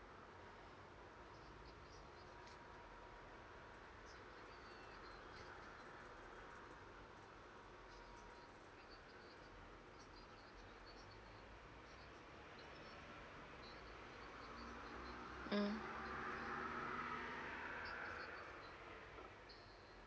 mm